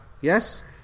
Yes